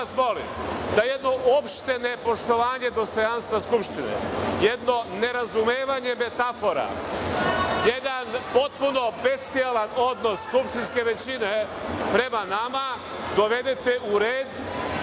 da jedno opšte nepoštovanje dostojanstva Skupštine, jedno nerazumevanje metafora, jedan potpuno bestijalan odnos skupštinske većine prema nama dovedete u red,